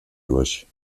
durch